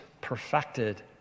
perfected